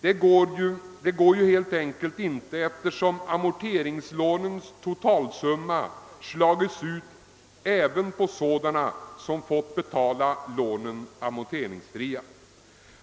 Det kan man helt enkelt inte göra, eftersom amorteringslånens totalsumma har slagits ut på även sådana som fått hela lånen amorteringsfria.